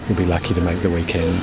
be lucky to make the weekend.